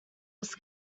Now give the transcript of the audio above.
was